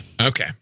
okay